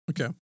Okay